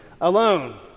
alone